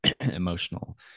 emotional